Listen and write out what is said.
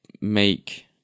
make